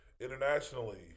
internationally